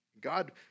God